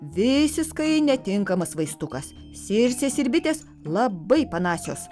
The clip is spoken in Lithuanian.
visiskai netinkamas vaistukas sirsės ir bitės labai panasios